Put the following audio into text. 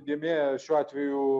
dėmė šiuo atveju